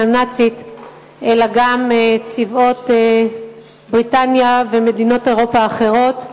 הנאצית אלא גם צבאות בריטניה ומדינות אירופה האחרות,